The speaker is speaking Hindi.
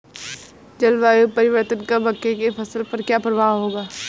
जलवायु परिवर्तन का मक्के की फसल पर क्या प्रभाव होगा?